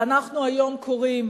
ואנחנו היום קוראים,